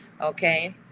okay